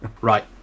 Right